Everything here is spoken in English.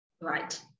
Right